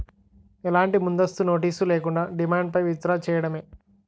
ఎలాంటి ముందస్తు నోటీస్ లేకుండా, డిమాండ్ పై విత్ డ్రా చేయడమే